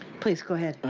please go ahead.